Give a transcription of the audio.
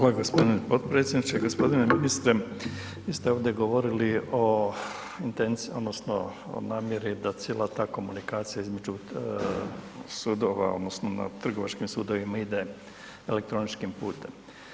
Hvala gospodine potpredsjedniče, gospodine ministre, vi ste ovdje govorili o intenciji, odnosno, o namjeri da cijela ta komunikacija između sudova, odnosno, na trgovačkim sudovima ide elektroničkim putem.